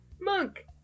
Monk